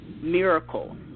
miracle